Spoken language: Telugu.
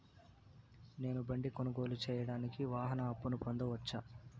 నేను బండి కొనుగోలు సేయడానికి వాహన అప్పును పొందవచ్చా?